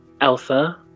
Elsa